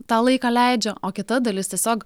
tą laiką leidžia o kita dalis tiesiog